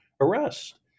arrest